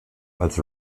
als